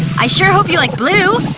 i sure hope you like blue!